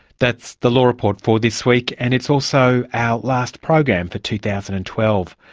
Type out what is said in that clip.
that's the law report for this week and it's also our last program for two thousand and twelve.